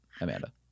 Amanda